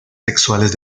sexuales